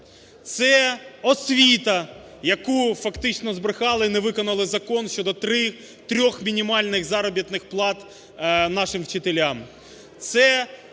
це освіта, яку фактично збрехали і не виконали закон щодо трьох мінімальних заробітних плат нашим вчителям,